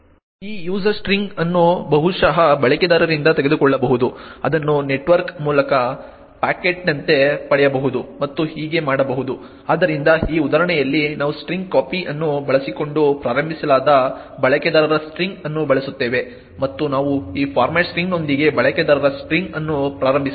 ಈ user string ಅನ್ನು ಬಹುಶಃ ಬಳಕೆದಾರರಿಂದ ತೆಗೆದುಕೊಳ್ಳಬಹುದು ಅದನ್ನು ನೆಟ್ವರ್ಕ್ ಮೂಲಕ ಪ್ಯಾಕೆಟ್ನಂತೆ ಪಡೆಯಬಹುದು ಮತ್ತು ಹೀಗೆ ಮಾಡಬಹುದು ಆದ್ದರಿಂದ ಈ ಉದಾಹರಣೆಯಲ್ಲಿ ನಾವು strcpy ಅನ್ನು ಬಳಸಿಕೊಂಡು ಪ್ರಾರಂಭಿಸಲಾದ ಬಳಕೆದಾರರ ಸ್ಟ್ರಿಂಗ್ ಅನ್ನು ಬಳಸುತ್ತೇವೆ ಮತ್ತು ನಾವು ಈ ಫಾರ್ಮ್ಯಾಟ್ ಸ್ಟ್ರಿಂಗ್ನೊಂದಿಗೆ ಬಳಕೆದಾರ ಸ್ಟ್ರಿಂಗ್ ಅನ್ನು ಪ್ರಾರಂಭಿಸುತ್ತೇವೆ